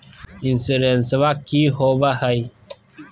इंसोरेंसबा की होंबई हय?